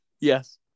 yes